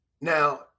Now